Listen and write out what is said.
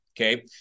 okay